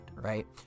right